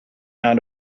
out